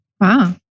Wow